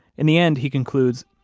in the end he concludes,